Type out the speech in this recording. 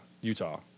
Utah